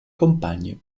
compagni